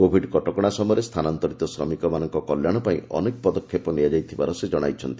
Covid କଟକଣା ସମୟରେ ସ୍ଥାନାନ୍ତରିତ ଶ୍ରମିକମାନଙ୍କ କଲ୍ୟାଣ ପାଇଁ ଅନେକ ପଦକ୍ଷେପ ନିଆଯାଇଥିବାର ସେ ଜଣାଇଛନ୍ତି